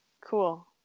Cool